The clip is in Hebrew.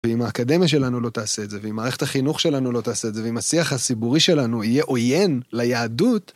ואם האקדמיה שלנו לא תעשה את זה, ואם מערכת החינוך שלנו לא תעשה את זה, ואם השיח הציבורי שלנו יהיה עויין ליהדות...